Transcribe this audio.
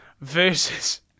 versus